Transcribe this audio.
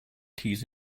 keys